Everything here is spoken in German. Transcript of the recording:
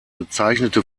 bezeichnete